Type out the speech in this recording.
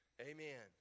Amen